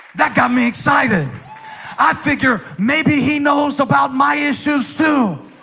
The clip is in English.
that got me excited i figure maybe he knows about my issues so